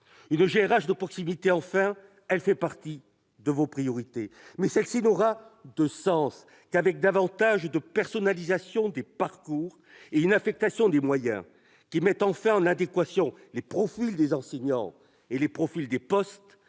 d'une GRH de proximité fait enfin partie de vos priorités, mais elle n'aura de sens qu'avec davantage de personnalisation des parcours et une affectation des moyens qui mette enfin en adéquation les profils des enseignants et les profils des postes,